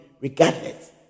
regardless